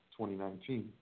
2019